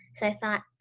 so i thought,